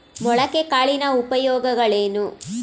ಮೊಳಕೆ ಕಾಳಿನ ಉಪಯೋಗಗಳೇನು?